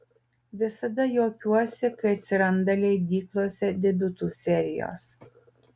visada juokiuosi kai atsiranda leidyklose debiutų serijos